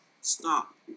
stop